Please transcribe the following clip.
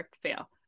fail